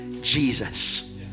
Jesus